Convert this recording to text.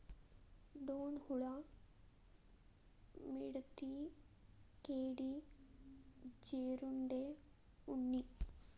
ಡೋಣ ಹುಳಾ, ವಿಡತಿ, ಕೇಡಿ, ಜೇರುಂಡೆ, ಉಣ್ಣಿ